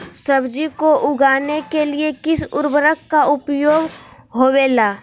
सब्जी को उगाने के लिए किस उर्वरक का उपयोग होबेला?